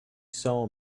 saw